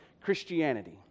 Christianity